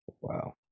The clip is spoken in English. Wow